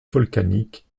volcaniques